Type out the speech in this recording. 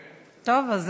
בבקשה.